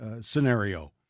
scenario